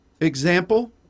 Example